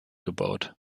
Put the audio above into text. gebaut